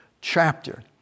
chapter